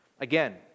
Again